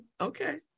Okay